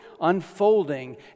unfolding